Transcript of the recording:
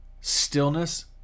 stillness